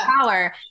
power